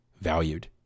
valued